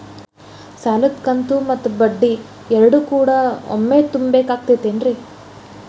ಸಾಲದ ಕಂತು ಮತ್ತ ಬಡ್ಡಿ ಎರಡು ಕೂಡ ಒಮ್ಮೆ ತುಂಬ ಬೇಕಾಗ್ ತೈತೇನ್ರಿ?